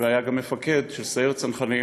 והיה גם מפקד של סיירת צנחנים,